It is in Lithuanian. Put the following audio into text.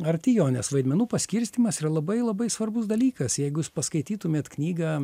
arti jo nes vaidmenų paskirstymas yra labai labai svarbus dalykas jeigu jūs paskaitytumėt knygą